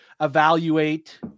evaluate